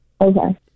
Okay